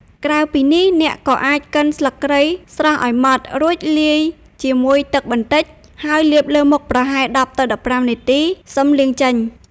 ក្រៅពីនេះ អ្នកក៏អាចកិនស្លឹកគ្រៃស្រស់ឲ្យម៉ដ្ឋ រួចលាយជាមួយទឹកបន្តិច ហើយលាបលើមុខប្រហែល ១០ ទៅ ១៥ នាទី សឹមលាងចេញ។